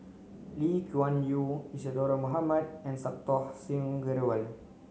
Lee Kuan Yew Isadhora Mohamed and Santokh Singh Grewal